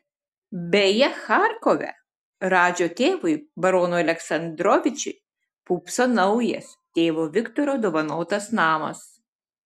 beje charkove radžio tėvui baronui aleksandrovičiui pūpso naujas tėvo viktoro dovanotas namas